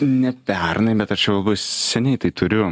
ne pernai bet aš jau labai seniai tai turiu